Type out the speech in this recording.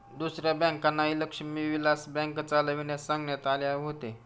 दुसऱ्या बँकांनाही लक्ष्मी विलास बँक चालविण्यास सांगण्यात आले होते